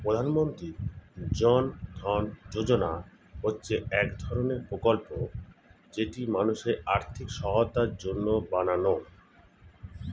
প্রধানমন্ত্রী জন ধন যোজনা হচ্ছে এক ধরণের প্রকল্প যেটি মানুষের আর্থিক সহায়তার জন্য বানানো